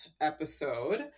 episode